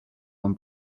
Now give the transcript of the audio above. one